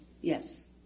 Yes